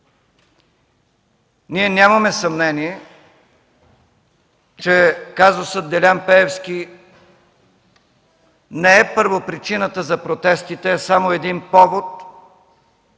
Ние нямаме съмнение, че казусът Делян Пеевски не е първопричината за протестите, а само един повод